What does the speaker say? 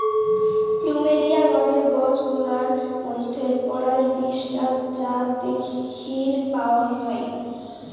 plumeria গণের গছ গুলার মইধ্যে পরায় বিশ টা জাত দ্যাখির পাওয়াং যাই